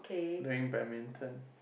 doing badminton